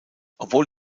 obwohl